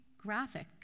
graphic